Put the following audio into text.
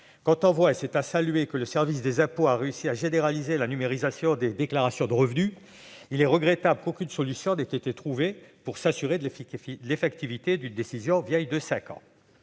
Quand on voit- et c'est à saluer ! -que le service des impôts a réussi à généraliser la numérisation des déclarations de revenus, il est regrettable qu'aucune solution n'ait été trouvée pour s'assurer de l'effectivité d'une décision vieille de cinq ans.